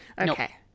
Okay